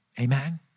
Amen